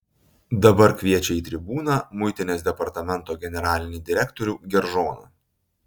dabar kviečia į tribūną muitinės departamento generalinį direktorių geržoną